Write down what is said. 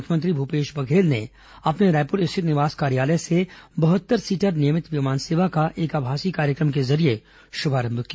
मुख्यमंत्री भूपेश बघेल ने अपने रायपुर स्थित निवास कार्यालय से बहत्तर सीटर नियमित विमान सेवा का एक आभासी कार्यक्रम के जरिये शुभारंभ किया